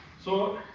so